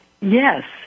Yes